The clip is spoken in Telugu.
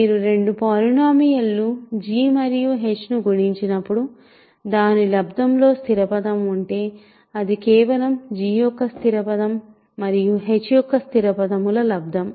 మీరు రెండు పోలినోమియల్లు g మరియు h ను గుణించినప్పుడు దాని లబ్దం లో స్థిర పదం అంటే అది కేవలం g యొక్క స్థిర పదం మరియు h యొక్క స్థిర పదం ల లబ్దం